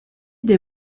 des